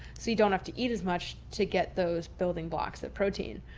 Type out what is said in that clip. so you don't have to eat as much to get those building blocks of protein.